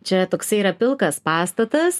čia toksai yra pilkas pastatas